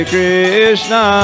Krishna